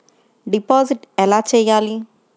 Deposit ఎలా చెయ్యాలి?